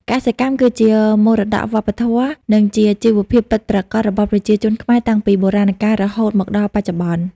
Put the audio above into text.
កសិកម្មគឺជាមរតកវប្បធម៌ និងជាជីវភាពពិតប្រាកដរបស់ប្រជាជនខ្មែរតាំងពីបុរាណកាលរហូតមកដល់បច្ចុប្បន្ន។